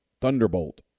thunderbolt